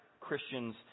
Christians